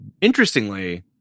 interestingly